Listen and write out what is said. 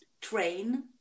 train